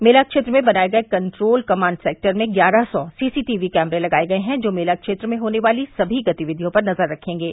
मेला क्षेत्र में बनाये गये कन्ट्रोल कमांड सेन्टर में ग्यारह सौ सीसी टीवी कैमरे लगाये गये हैं जो मेला क्षेत्र में होने वाली सभी गतिविधियों पर नज़र रखेंगे